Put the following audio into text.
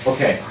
Okay